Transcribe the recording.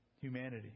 humanity